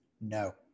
no